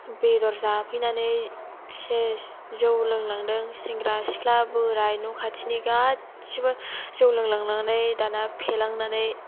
बेदर जाफैनानै सेस जौ लोंलांदों सेंग्रा सिख्ला बोराय न' खाथिनि गासिबो जौ लोंलानानै दाना फेलांनानै